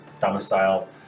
domicile